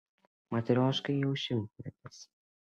matrioškai jau šimtmetis